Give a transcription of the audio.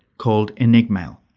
called enigmail.